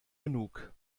genug